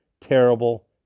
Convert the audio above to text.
terrible